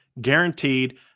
guaranteed